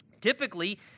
typically